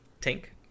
Tank